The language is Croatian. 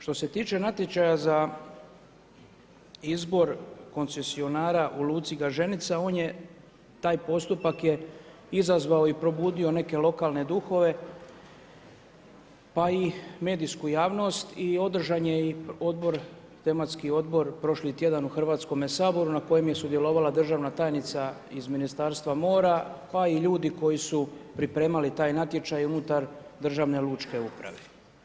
Što se tiče natječaja za izbor koncesionara u luci Gaženica, on je taj postupak je izazvao i probudio neke lokalne duhove pa i medijsku javnost i održan je i odbor, tematski odbor prošli tjedan u Hrvatskome saboru na kojem je sudjelovala državna tajnica iz Ministarstva mora pa i ljudi koji su pripremali taj natječaj unutar državne lučke uprave.